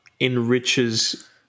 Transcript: enriches